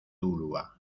ulua